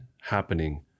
happening